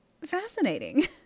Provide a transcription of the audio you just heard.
fascinating